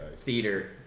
theater